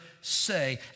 say